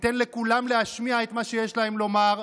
ניתן לכולם להשמיע את מה שיש להם לומר.